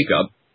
Jacob